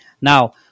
Now